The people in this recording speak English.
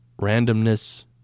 randomness